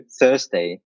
Thursday